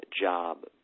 Job